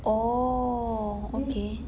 oh okay